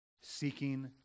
seeking